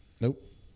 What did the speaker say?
Nope